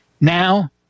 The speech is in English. now